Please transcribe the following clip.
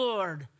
Lord